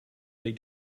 they